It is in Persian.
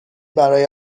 برای